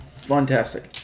fantastic